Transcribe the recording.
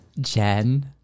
Jen